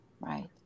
Right